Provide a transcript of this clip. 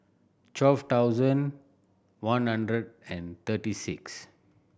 twelve thousand one hundred and thirty six